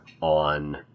on